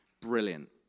Brilliant